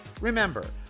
Remember